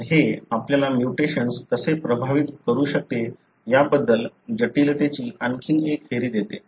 तर हे आपल्याला म्युटेशन्स कसे प्रभावित करू शकते याबद्दल जटिलतेची आणखी एक फेरी देते